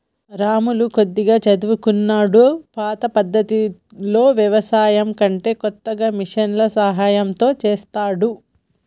రాములు కొద్దిగా చదువుకున్నోడు పాత పద్దతిలో వ్యవసాయం కంటే కొత్తగా మిషన్ల సాయం తో చెస్తాండు